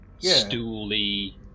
stooly